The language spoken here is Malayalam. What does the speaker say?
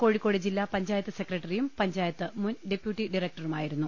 കോഴിക്കോട് ജില്ലാ പഞ്ചായത്ത് സെക്രട്ടറിയും പഞ്ചായത്ത് മുൻ ഡെപ്യൂട്ടി ഡയറക്ടറുമായിരുന്നു